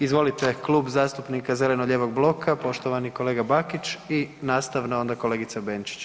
Izvolite, Klub zastupnika zeleno-lijevog bloka i poštovani kolega Bakić i nastavno onda kolegica Benčić.